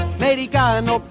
americano